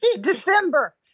December